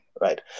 right